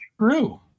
true